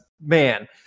man